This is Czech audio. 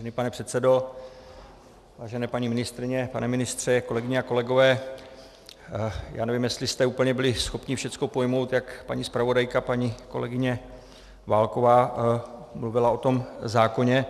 Vážený pane předsedo, vážené paní ministryně, pane ministře, kolegyně a kolegové, já nevím, jestli jste byli schopni všechno pojmout, jak paní zpravodajka, paní kolegyně Válková, mluvila o tom zákoně.